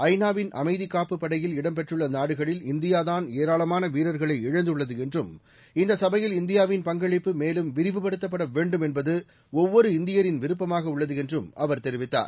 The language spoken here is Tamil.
ஐநாவின் அமைதி காப்புப் படையில் இடம்பெற்றுள்ள நாடுகளில் இந்தியா தான் ஏராளமான வீரர்களை இழந்துள்ளது என்றும் இந்த சபையில் இந்தியாவின் பங்களிப்பு மேலும் விரிவுபடுத்தப்பட வேண்டும் என்பது ஒவ்வொரு இந்தியரின் விருப்பமாக உள்ளது என்றும் அவர் தெரிவித்தார்